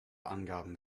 angaben